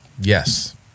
Yes